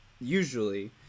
usually